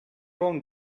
own